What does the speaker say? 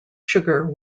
sugar